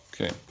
Okay